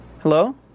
Hello